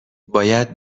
باید